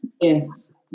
Yes